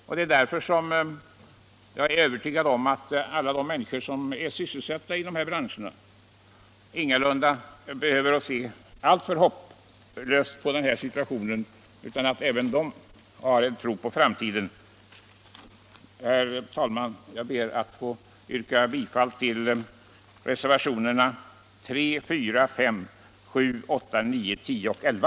Jag är därför övertygad om att de människor som är sysselsatta i dessa branscher ingalunda behöver se alltför hopplöst på situationen. Även de kan tro på framtiden. Herr talman! Jag ber att få yrka bifall till reservationerna 3, 4, 5, 7, 8, 9, 10 och 11.